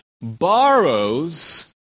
borrows